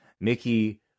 Mickey